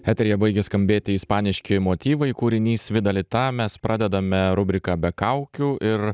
eteryje baigia skambėti ispaniški motyvai kūrinys vida lita mes pradedame rubriką be kaukių ir